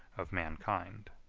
of mankind.